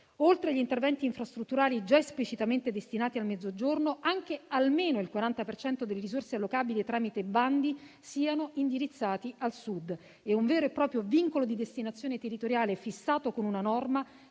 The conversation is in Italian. oltre agli interventi infrastrutturali già esplicitamente destinati al Mezzogiorno, almeno il 40 per cento delle risorse allocabile tramite bandi sia indirizzato al Sud. È un vero e proprio vincolo di destinazione territoriale fissato con una norma;